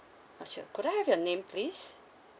oh sure could I have your name please